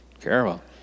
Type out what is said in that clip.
careful